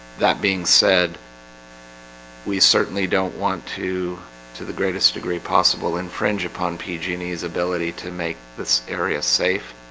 that being said we certainly don't want to to the greatest degree possible infringed upon p genies ability to make this area safe,